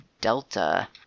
delta